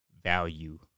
value